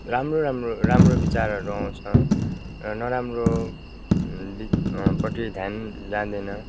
राम्रो राम्रो राम्रो विचारहरू आउँछ नराम्रो बी पट्टि ध्यान जाँदैन